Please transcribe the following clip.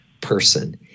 person